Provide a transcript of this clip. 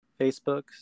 facebook